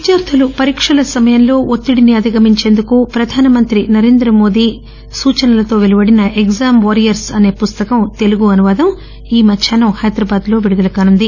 విద్యార్లు పరీక్షల సమయంలో ఒత్తిడిని అధిగమించేందుకు ప్రధానమంత్రి నరేంద్రమోది సూచనలతో వెలువడిన ఎగ్జామ్ వారియర్స్ అనే పుస్తకం తెలుగు అనువాదం ఈ మధ్యాహ్నం హైదరాబాద్లో విడుదల కానుంది